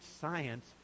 science